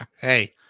hey